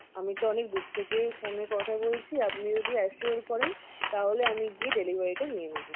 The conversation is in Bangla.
আমি তো অনেক দূর থেকে ফোনে কথা বলছি আপনি যদি অ্যাসিওর করেন তাহলে আমি গিয়ে ডেলিভারিটা নিয়ে নেবো